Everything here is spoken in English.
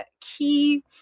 key